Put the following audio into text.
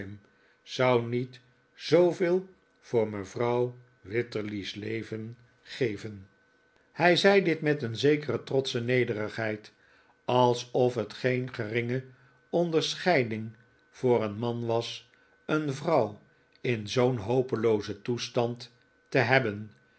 zou niet zooveel voor mevrouw wititterly's leven geven nikola as niqkleby hij zei dit met een zekere trotsche nederigheid alsof het geen geringe onderscheiding voor een man was een vrouw in zoo'n hopeloozen toestand te hebben